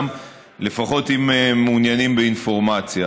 לפחות אם מעוניינים באינפורמציה.